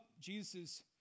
Jesus